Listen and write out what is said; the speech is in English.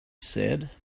said